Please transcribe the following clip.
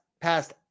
Passed